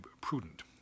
prudent